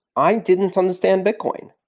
i didn't understand bitcoin.